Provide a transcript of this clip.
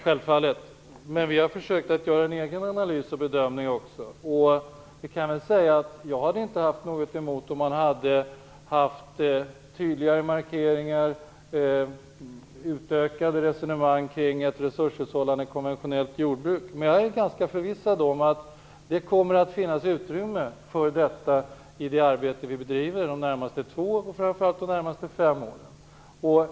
Men vi har också försökt att göra en egen analys och bedömning, och jag hade inte haft något emot tydligare markeringar och utökade resonemang kring ett resurshushållande konventionellt jordbruk. Jag är dock ganska förvissad om att det kommer att finnas utrymme för detta i det arbete som vi bedriver under de närmaste två åren och framför allt under de närmaste fem åren.